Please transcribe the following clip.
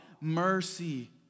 Mercy